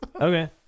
Okay